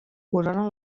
corona